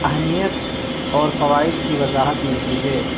اہمیت اور فوائد کی وضاحت ملتی ہے